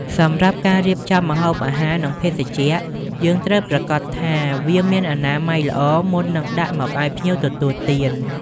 សម្រាប់ការររៀបចំម្ហូបអាហារ និងភេសជ្ជៈយើងត្រូវប្រាកដថាវាមានអនាម័យល្អមុននឹងដាក់មកអោយភ្ញៀវទទួលទាន។